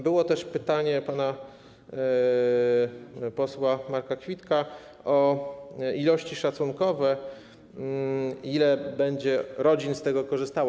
Było też pytanie pana posła Marka Kwitka o ilości szacunkowe, ile rodzin będzie z tego korzystało.